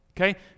Okay